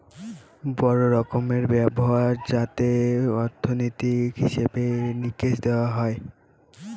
বড়ো রকমের ব্যবস্থা যাতে অর্থনীতির হিসেবে নিকেশ দেখা হয়